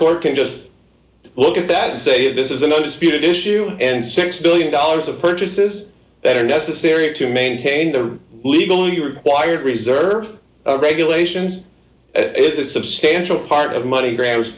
court can just look at that and say this is an undisputed issue and six billion dollars of purchases that are necessary to maintain their legally required reserve regulations is a substantial part of money grubbers